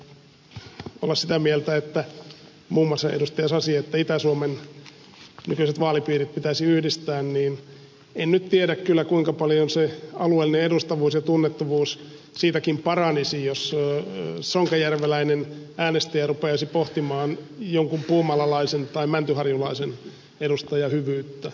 sasi taisi olla sitä mieltä että itä suomen nykyiset vaalipiirit pitäisi yhdistää niin en nyt tiedä kyllä kuinka paljon se alueellinen edustavuus ja tunnettavuus siitäkään paranisi jos sonkajärveläinen äänestäjä rupeaisi pohtimaan jonkun puumalalaisen tai mäntyharjulaisen edustajan hyvyyttä